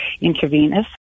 intravenous